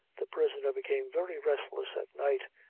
the prisoner became very restless at night,